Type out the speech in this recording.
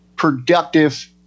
productive